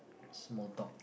small talk